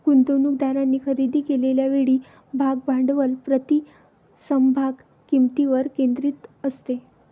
गुंतवणूकदारांनी खरेदी केलेल्या वेळी भाग भांडवल प्रति समभाग किंमतीवर केंद्रित असते